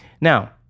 Now